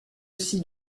aussi